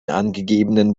angegebenen